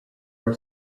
are